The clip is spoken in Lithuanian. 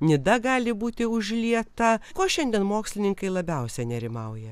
nida gali būti užlieta o šiandien mokslininkai labiausiai nerimauja